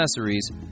accessories